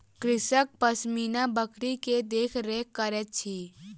कृषक पश्मीना बकरी के देख रेख करैत अछि